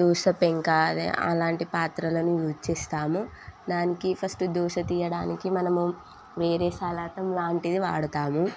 దోశ పెంక అదే అలాంటి పాత్రలను యూజ్ చేస్తాము దానికి ఫస్టు దోశ తీయడానికి మనము వేరే సలాతం లాంటిది వాడుతాము